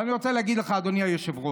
אבל אני רוצה להגיד לך, אדוני היושב-ראש,